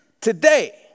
today